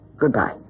Goodbye